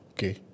Okay